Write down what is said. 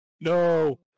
No